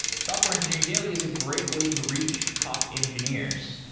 software engineering daily is a great way to reach top engineers.